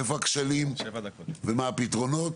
איפה הכשלים ומה הפתרונות.